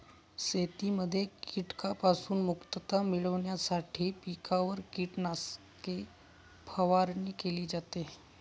शेतीमध्ये कीटकांपासून मुक्तता मिळविण्यासाठी पिकांवर कीटकनाशके फवारणी केली जाते